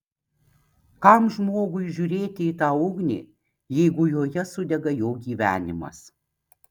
kam žmogui žiūrėti į tą ugnį jeigu joje sudega jo gyvenimas